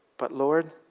but lord